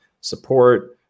support